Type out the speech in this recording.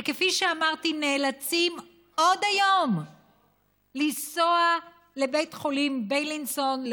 שכפי שאמרתי עוד נאלצים היום לנסוע לבית החולים בילינסון,